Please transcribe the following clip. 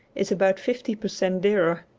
is about fifty per cent. dearer.